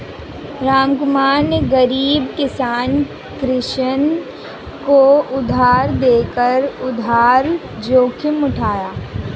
रामकुमार ने गरीब किसान कृष्ण को उधार देकर उधार जोखिम उठाया